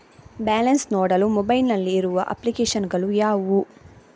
Balance ನೋಡಲು mobile ನಲ್ಲಿ ಇರುವ ಅಪ್ಲಿಕೇಶನ್ ಗಳು ಯಾವುವು?